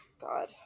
God